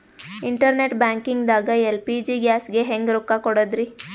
Internet banking ದಾಗ LPG ಗ್ಯಾಸ್ಗೆ ಹೆಂಗ್ ರೊಕ್ಕ ಕೊಡದ್ರಿ?